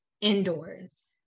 indoors